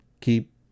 keep